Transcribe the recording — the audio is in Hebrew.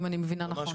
אם אני מבינה נכון.